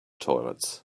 toilets